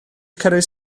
cynnwys